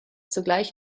zugleich